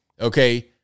Okay